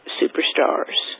superstars